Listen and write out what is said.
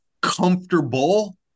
comfortable